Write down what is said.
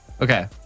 Okay